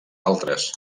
altres